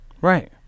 Right